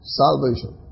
salvation